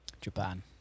Japan